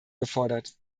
gefordert